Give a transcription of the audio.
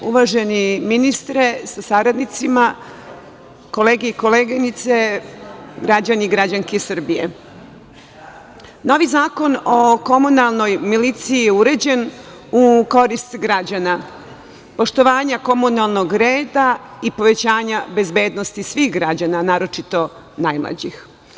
Uvaženi ministre sa saradnicima, kolega i koleginice, građani i građanke Srbije, novi Zakon o komunalnoj miliciji je uređen u korist građana, poštovanje komunalnog reda i povećanja bezbednosti svih građana, naročito najmlađih.